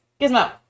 Gizmo